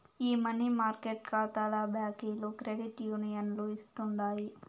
ఈ money market కాతాల బాకీలు క్రెడిట్ యూనియన్లు ఇస్తుండాయి